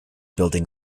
building